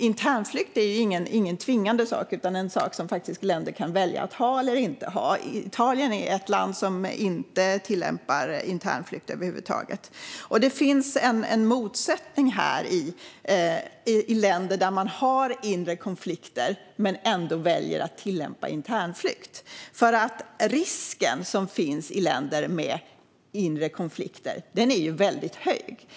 Internflykt är ingenting tvingande utan något som länder kan välja att ha eller inte ha. Italien tillämpar inte internflykt över huvud taget. Det finns en motsättning här med länder där man har inre konflikter men ändå väljer att tillämpa internflykt. Den risk som finns i länder med inre konflikter är väldigt hög.